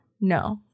No